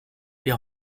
wir